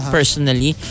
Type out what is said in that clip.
personally